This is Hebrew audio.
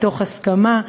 מתוך הסכמה,